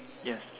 yes